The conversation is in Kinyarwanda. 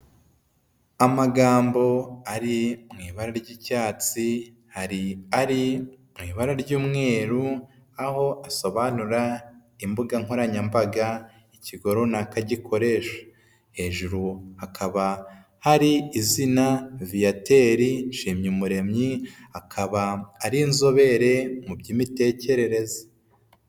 Amagambo ari mu ibara ry'icyatsi, hari ari mu ibara ry'umweru, aho asobanura imbuga nkoranyambaga ikigo runaka gikoresha, hejuru hakaba hari izina Viyateri Nshimyumuremyi akaba ari inzobere mu by'imitekerereze.